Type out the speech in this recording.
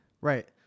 Right